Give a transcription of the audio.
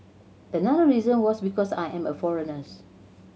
another reason was because I am a foreigners